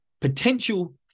potential